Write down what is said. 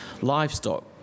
livestock